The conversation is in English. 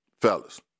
Fellas